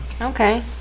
Okay